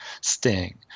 Sting